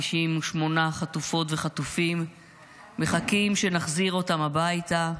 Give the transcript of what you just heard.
98 חטופות וחטופות מחכים שנחזיר אותם הביתה,